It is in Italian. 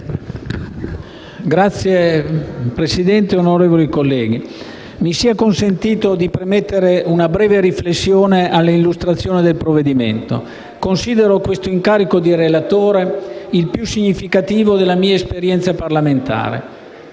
Signora Presidente, onorevoli colleghi, mi sia consentito di premettere una breve riflessione all'illustrazione del provvedimento. Considero questo incarico di relatore il più significativo della mia esperienza parlamentare.